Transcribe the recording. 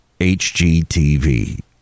HGTV